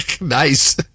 Nice